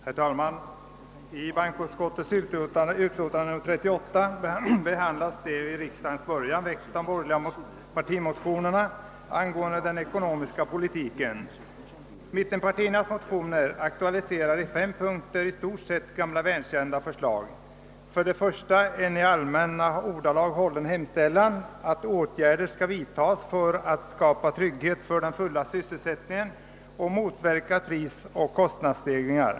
Herr talman! I bankoutskottets utlåtande nr 38 behandlas de vid riksdagens början väckta borgerliga partimotionerna angående den ekonomiska politiken. Mittenpartiernas motioner aktualiserar i fem punkter i stort sett gamla välkända förslag. Det första är en i allmänna ordalag hållen hemställan att åtgärder skall vidtas för att skapa trygghet för den fulla sysselsättningen och motverka prisoch kostnadsstegringar.